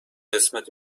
قسمت